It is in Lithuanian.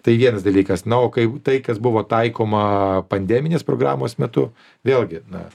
tai vienas dalykas na o kai tai kas buvo taikoma pandeminės programos metu vėlgi na